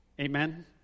Amen